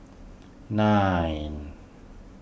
nine